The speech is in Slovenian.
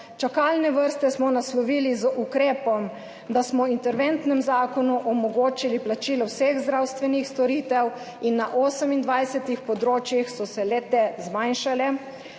čakalne vrste smo naslovili z ukrepom, da smo v interventnem zakonu omogočili plačilo vseh zdravstvenih storitev, in na 28 področjih so se le-te zmanjšale.